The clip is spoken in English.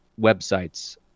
websites